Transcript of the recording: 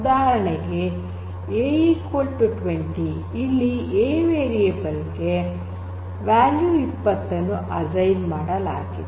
ಉದಾಹರಣೆಗೆ A 20 ಇಲ್ಲಿ A variable ಗೆ ವ್ಯಾಲ್ಯೂ 20 ಅನ್ನು ಅಸೈನ್ ಮಾಡಲಾಗಿದೆ